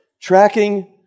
tracking